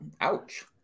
Ouch